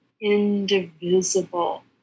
indivisible